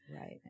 Right